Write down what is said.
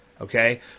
Okay